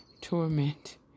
torment